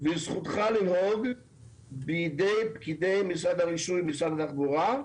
וזכותך לנהוג בידי פקידי משרד הרישוי ומשרד התחבורה.